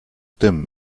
dim